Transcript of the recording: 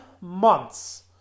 months